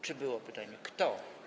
Czy było pytanie: kto.